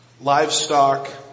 livestock